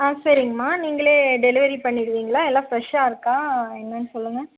சரிங்கம்மா நீங்களே டெலிவரி பண்ணிவிடுவீங்களா எல்லாம் ஃபிரெஷ்ஷாக இருக்கா என்னெனு சொல்லுங்க